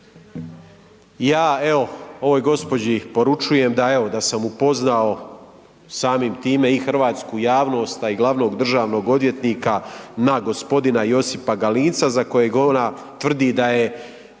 Ja evo ovoj gospođi poručujem da evo da sam upoznao samim time i hrvatsku javnost, a i glavnog državnog odvjetnika na gospodina Josipa Galinca za kojeg ona tvrdi da je